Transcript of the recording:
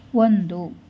ಒಂದು